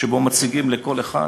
שבו מציגים לכל אחד,